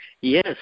yes